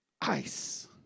ice